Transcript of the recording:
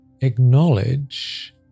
acknowledge